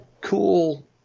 cool